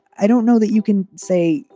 i don't know that you can say,